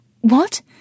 What